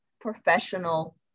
professional